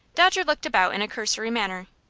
dodger looked about in a cursory manner,